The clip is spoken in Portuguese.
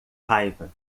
raiva